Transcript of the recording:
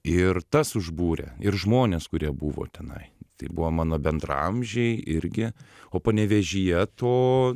ir tas užbūrė ir žmonės kurie buvo tenai tai buvo mano bendraamžiai irgi o panevėžyje to